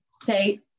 say